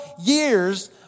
years